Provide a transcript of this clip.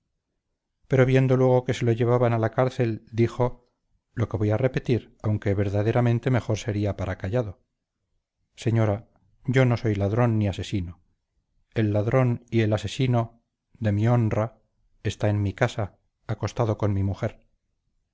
pero viendo luego que se lo llevaban a la cárcel dijo lo que voy a repetir aunque verdaderamente mejor sería para callado señora yo no soy ladrón ni asesino el ladrón y el asesino de mi honra está en mi casa acostado con mi mujer